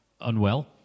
unwell